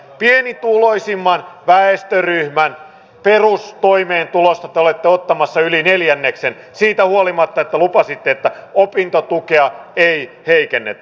pienituloisimman väestöryhmän perustoimeentulosta te olette ottamassa yli neljänneksen siitä huolimatta että lupasitte että opintotukea ei heikennetä